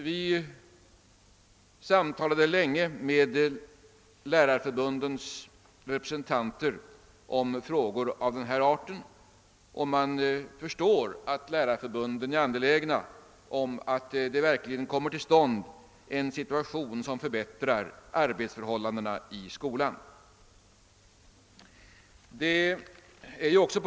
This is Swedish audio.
Vi samtalade länge med lärarförbundens representanter om frågor av denna art, och man förstår att lärarförbunden är angelägna om att arbetsförhållandena i skolan förbättras.